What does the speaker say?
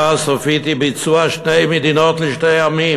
הסופית היא ביצוע שתי מדינות לשני עמים,